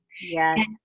Yes